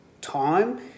time